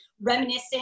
reminiscing